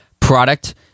Product